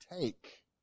take